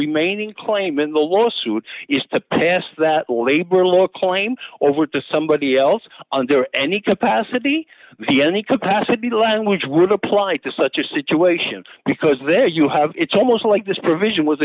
remaining claim in the lawsuit is to pass that labor law a claim over to somebody else under any capacity the any capacity language would apply to such a situation because there you have it's almost like this provision was